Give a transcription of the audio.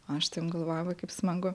aš taip galvojau va kaip smagu